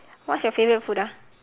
what's your favourite food ah